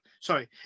Sorry